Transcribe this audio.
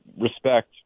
respect